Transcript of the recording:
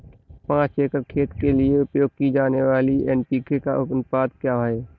पाँच एकड़ खेत के लिए उपयोग की जाने वाली एन.पी.के का अनुपात क्या है?